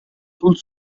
sul